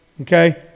Okay